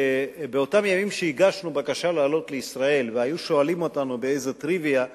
שבאותם ימים שהגשנו בקשה לעלות לישראל והיו שואלים אותנו באיזה טריוויה: